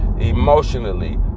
Emotionally